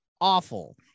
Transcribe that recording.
awful